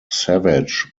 savage